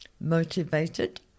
Motivated